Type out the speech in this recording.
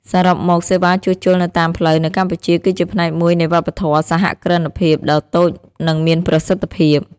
សរុបមក សេវាជួសជុលនៅតាមផ្លូវនៅកម្ពុជាគឺជាផ្នែកមួយនៃវប្បធម៌សហគ្រិនភាពដ៏តូចនិងមានប្រសិទ្ធភាព។